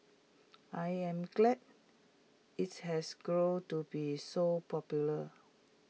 I am glad its has grown to be so popular